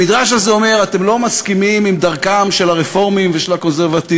המדרש הזה אומר: אתם לא מסכימים עם דרכם של הרפורמים ושל הקונסרבטיבים?